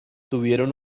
tuvieron